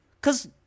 Cause